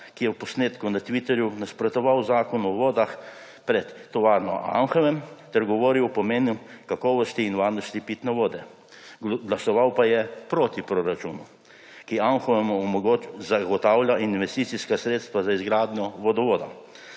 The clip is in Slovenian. ki je v posnetku na Twitterju nasprotoval Zakonu o vodah pred tovarno v Anhovem ter govoril o pomenu kakovosti in varnosti pitne vode, glasoval pa je proti proračunu, ki Anohovemu zagotavlja investicijska sredstva za izgradnjo vodovoda.